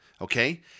okay